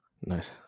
Nice